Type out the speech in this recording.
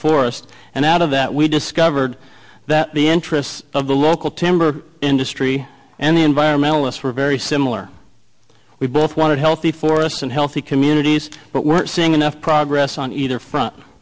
forest and out of that we discovered that the interests of the local timber industry and the environmentalists were very similar we both wanted healthy forests and healthy communities but we're seeing enough progress on either front